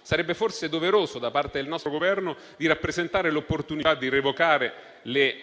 sarebbe forse doveroso da parte del nostro Governo rappresentare all'autorità egiziana l'opportunità di revocare le